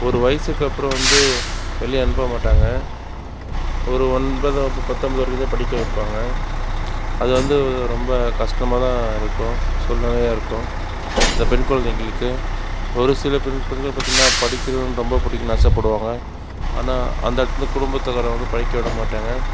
ஒரு வயதுக்கப்புறம் வந்து வெளியே அனுப்பமாட்டாங்க ஒரு ஒன்பதாம் வகுப்பு பத்தாம் வகுப்பு வரைக்கும்தான் படிக்க வைப்பாங்க அது வந்து ரொம்ப கஷ்டமாக தான் இருக்கும் சோதனையாக இருக்கும் அந்த பெண் குழந்தைகளுக்கு ஒருசில பெண் குழந்தைகள் பார்த்திங்கன்னா படிக்கணும் ரொம்ப படிக்கணும்ன்னு ஆசைப்படுவாங்க ஆனால் அந்த இடத்துல குடும்பத்துக்காரங்கள் வந்து படிக்க விடமாட்டாங்க